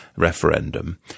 referendum